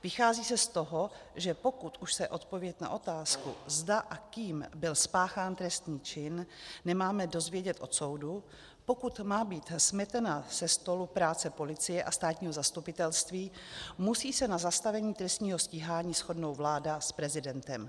Vychází se z toho, že pokud už se odpověď na otázku, zda a kým byl spáchán trestný čin, nemáme dozvědět od soudu, pokud má být smetena se stolu práce policie a státního zastupitelství, musí se na zastavení trestního stíhání shodnout vláda s prezidentem.